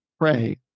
pray